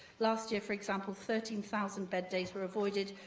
last year, for example, thirteen thousand bed days were avoided,